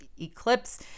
eclipse